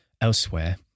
elsewhere